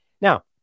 Now